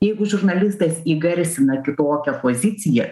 jeigu žurnalistas įgarsina kitokią poziciją